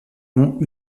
monts